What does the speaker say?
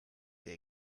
ihr